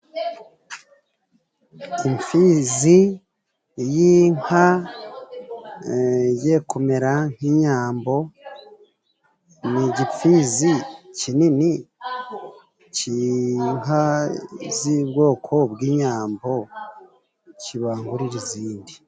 Imfizi y'inka igiye kumera nk' inyambo. Ni igipfizi kinini cy'inka z'ubwoko bw'inyambo kibangurira izindi.